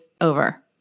over